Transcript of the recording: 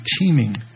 teeming